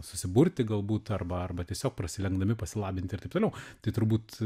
susiburti galbūt arba arba tiesiog prasilenkdami pasilabinti ir taip toliau tai turbūt